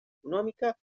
econòmica